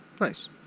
Nice